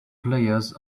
players